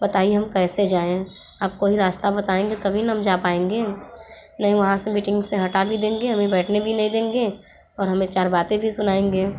बताइए हम कैसे जाएँ आप कोई रास्ता बताएँगे तभी हम जा पाएँगे नहीं वहाँ से मीटिंग से हटा भी देंगे हमें बैठने भी नहीं देंगे और हमें चार बातें भी सुनाएँगे